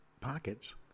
pockets